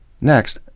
Next